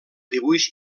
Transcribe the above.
dibuix